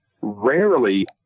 rarely